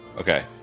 Okay